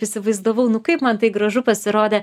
įsivaizdavau kaip man tai gražu pasirodė